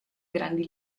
grandi